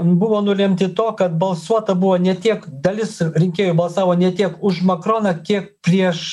buvo nulemti to kad balsuota buvo ne tiek dalis rinkėjų balsavo ne tiek už makroną kiek prieš